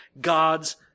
God's